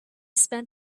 spent